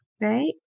right